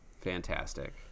Fantastic